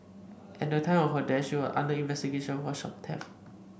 at the time of her death she was under investigation for shop theft